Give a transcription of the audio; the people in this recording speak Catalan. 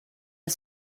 els